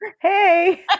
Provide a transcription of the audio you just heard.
Hey